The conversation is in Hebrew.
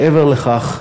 מעבר לכך,